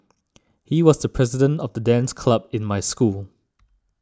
he was the president of the dance club in my school